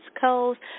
Coast